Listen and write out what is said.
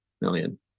million